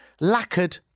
Lacquered